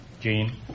Jean